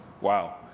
wow